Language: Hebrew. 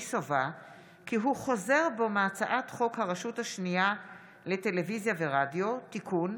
סובה כי הוא חוזר בו מהצעת חוק הרשות השנייה לטלוויזיה ורדיו (תיקון,